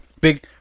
Big